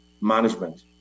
management